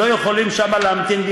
שלא יכולים שם להמתין,